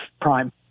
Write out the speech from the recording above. Prime